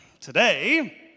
Today